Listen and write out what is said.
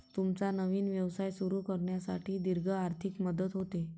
तुमचा नवीन व्यवसाय सुरू करण्यासाठी दीर्घ आर्थिक मदत होते